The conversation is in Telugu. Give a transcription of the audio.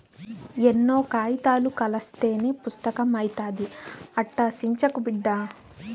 ఎన్నో కాయితాలు కలస్తేనే పుస్తకం అయితాది, అట్టా సించకు బిడ్డా